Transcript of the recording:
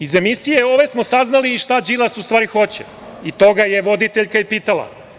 Iz ove emisije smo saznali šta Đilas u stvari hoće, a to ga je voditeljka i pitala.